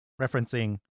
Referencing